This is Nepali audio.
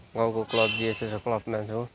गाउँको क्लब जिएसएसओ कल्बमा छु